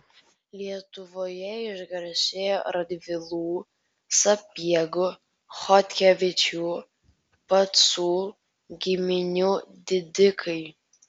lietuvoje išgarsėjo radvilų sapiegų chodkevičių pacų giminių didikai